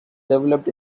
developed